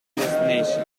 destination